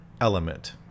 element